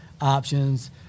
options